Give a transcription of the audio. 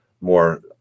more